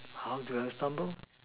how do I stubble